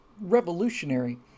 revolutionary